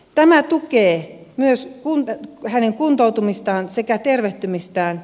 tämä tukee myös hänen kuntoutumistaan sekä tervehtymistään